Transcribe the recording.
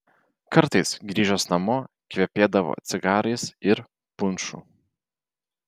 kartais grįžęs namo kvepėdavo cigarais ir punšu